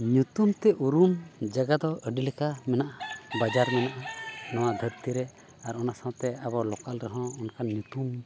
ᱧᱩᱛᱩᱢᱛᱮ ᱩᱨᱩᱢ ᱡᱟᱭᱜᱟ ᱫᱚ ᱢᱮᱱᱟᱜᱼᱟ ᱟᱹᱰᱤ ᱞᱮᱠᱟ ᱢᱮᱱᱟᱜᱼᱟ ᱵᱟᱡᱟᱨ ᱢᱮᱱᱟᱜᱼᱟ ᱱᱚᱣᱟ ᱫᱷᱟᱹᱨᱛᱤ ᱨᱮ ᱟᱨ ᱚᱱᱟ ᱥᱟᱶᱛᱮ ᱟᱵᱚ ᱨᱮᱦᱚᱸ ᱚᱱᱠᱟᱱ ᱧᱩᱛᱩᱢ